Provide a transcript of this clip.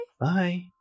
Bye